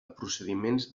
procediments